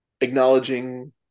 acknowledging